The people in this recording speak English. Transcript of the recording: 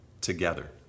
together